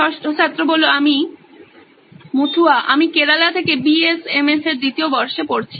ষষ্ঠ ছাত্র আমি মুথুয়া আমি কেরালা থেকে বিএসএমএস এর দ্বিতীয় বর্ষে পড়ছি